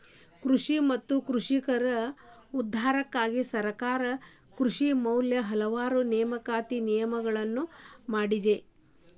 ಕೃಷಿ ಮತ್ತ ಕೃಷಿಕರ ಉದ್ಧಾರಕ್ಕಾಗಿ ಸರ್ಕಾರ ಕೃಷಿ ಮ್ಯಾಲ ಹಲವಾರು ನೇತಿ ನಿಯಮಗಳನ್ನಾ ಮಾಡಿದೆ